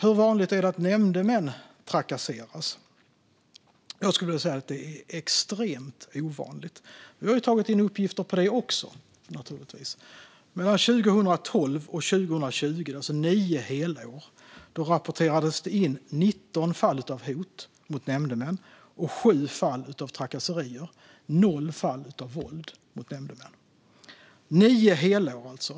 Hur vanligt är det att nämndemän trakasseras? Jag skulle vilja säga att det är extremt ovanligt. Vi har naturligtvis tagit in uppgifter på det också. Mellan 2012 och 2020, alltså nio helår, rapporterades det in 19 fall av hot, 7 fall av trakasserier och 0 fall av våld mot nämndemän. Nio helår, alltså.